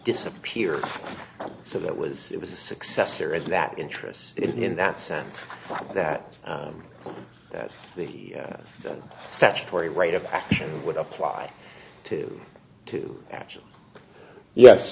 disappeared so that was it was a successor is that interest in that sense that that the statutory right of action would apply to two actually yes